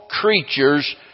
creatures